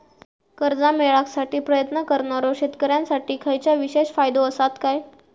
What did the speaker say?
कर्जा मेळाकसाठी प्रयत्न करणारो शेतकऱ्यांसाठी खयच्या विशेष फायदो असात काय?